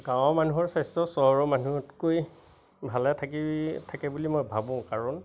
গাঁৱৰ মানুহৰ স্বাস্থ্য চহৰৰ মানুহতকৈ ভালে থাকি থাকে বুলি মই ভাবোঁ কাৰণ